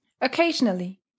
occasionally